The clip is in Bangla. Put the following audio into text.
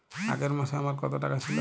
আগের মাসে আমার কত টাকা ছিল?